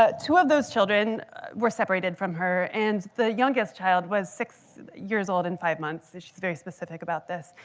ah two of those children were separated from her, and the youngest child was six years old and five months. she's very specific about this.